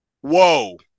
Whoa